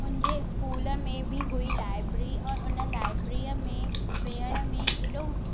मुंहिंजे स्कूल में बि हुई लाइब्री और उन लाइब्रीअ में विहण में एॾो